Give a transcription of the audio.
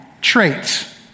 traits